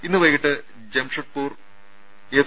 ഇന്ന് വൈകിട്ട് ജംഷഡ്പൂർ എഫ്